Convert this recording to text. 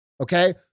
okay